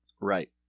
Right